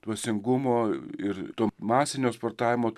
dvasingumo ir masinio sportavimo